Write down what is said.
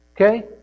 Okay